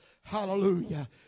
Hallelujah